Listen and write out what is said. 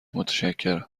متشکرم